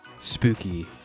Spooky